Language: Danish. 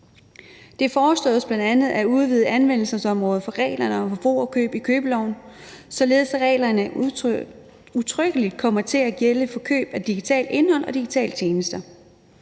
Det foreslås bl.a. at udvide anvendelsesområdet for reglerne om forbrugerkøb i købeloven, således at reglerne udtrykkeligt kommer til at gælde for køb af digitalt indhold og digitale tjenester.